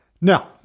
now